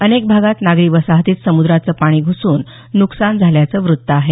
अनेक भागात नागरी वसाहतीत समुद्राचं पाणी घुसून नुकसान झाल्याचं वृत्त आहे